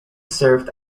served